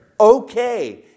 Okay